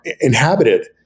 inhabited